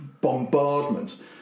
bombardment